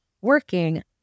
working